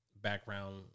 background